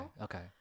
okay